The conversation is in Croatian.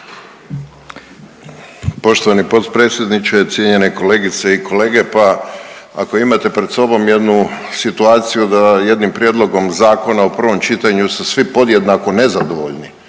Poštovani potpredsjedniče, cijenjene kolegice i kolege pa ako imate pred sobom jednu situaciju da jednim prijedlogom zakona u prvom čitanju su svi podjednako nezadovoljni.